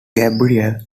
gabriel